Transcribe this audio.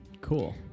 Cool